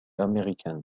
américaine